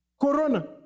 Corona